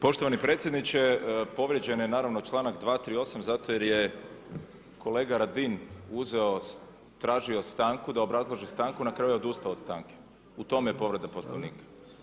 Poštovani predsjedniče, povrijeđen je naravno čl. 238. zato jer je kolega Radin uzeo, tražio stanku da obrazloži stanku, na kraju je odustao od stanke, u tom je povreda Poslovnika.